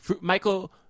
Michael